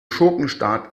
schurkenstaat